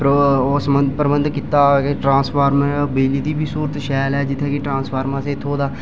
बिजली दा बी प्रबंध बी कीते ऐ बिजली दी बी स्हूलत शैल ऐ जित्थै कि ट्रासफार्म बी थ्होए दा ऐ